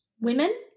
women